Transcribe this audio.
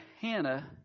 Hannah